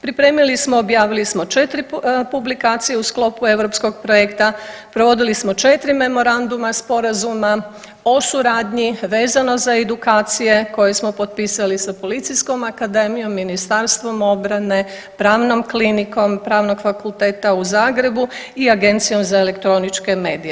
Pripremili smo i objavili smo 4 publikacije u sklopu europskog projekta, provodili smo 4 memoranduma sporazuma o suradnji vezano za edukacije koje smo potpisali sa Policijskom akademijom, Ministarstvom obrane, Pravnom klinikom Pravnog fakulteta u Zagrebu i Agencijom za elektroničke medije.